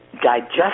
digest